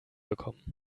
bekommen